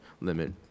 limit